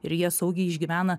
ir jie saugiai išgyvena